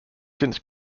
since